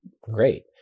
great